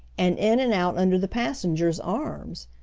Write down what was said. and in and out under the passengers' arms.